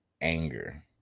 anger